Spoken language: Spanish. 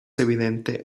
evidente